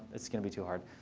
it's going to be too hard.